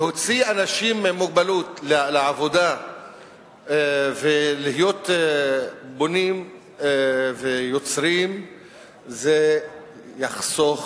להוציא אנשים עם מוגבלות לעבודה ולהיות בונים ויוצרים זה יחסוך